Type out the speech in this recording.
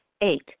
Eight